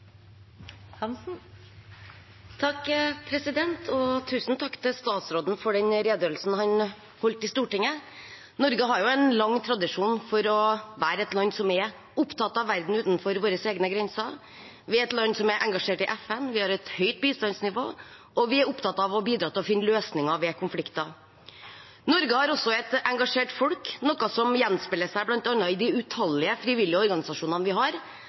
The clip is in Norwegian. til statsråden for redegjørelsen han holdt i Stortinget. Norge har en lang tradisjon for å være et land som er opptatt av verden utenfor våre egne grenser. Vi er et land som er engasjert i FN, vi har et høyt bistandsnivå, og vi er opptatt av å bidra til å finne løsninger ved konflikter. Norge har også et engasjert folk, noe som gjenspeiler seg bl.a. i de utallige frivillige organisasjonene vi har,